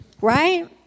right